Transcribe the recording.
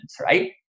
right